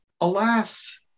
Alas